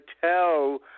tell